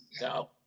no